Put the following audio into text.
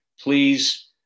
please